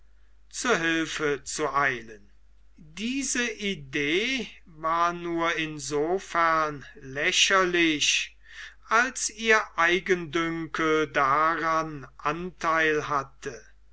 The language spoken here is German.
zu hilfe zu eilen diese idee war nur in so weit lächerlich als ihr eigendünkel daran antheil hatte